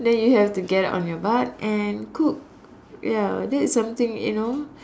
then you have to get on your butt and cook ya that's something you know